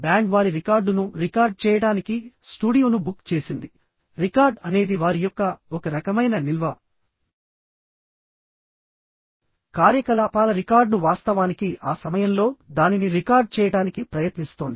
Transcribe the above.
band వారి రికార్డును record చేయడానికి స్టూడియోను బుక్ చేసింది రికార్డ్ అనేది వారి యొక్క ఒక రకమైన నిల్వ కార్యకలాపాల రికార్డు వాస్తవానికి ఆ సమయంలో దానిని రికార్డ్ చేయడానికి ప్రయత్నిస్తోంది